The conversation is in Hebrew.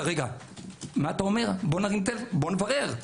בואו נברר.